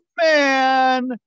man